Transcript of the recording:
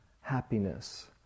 happiness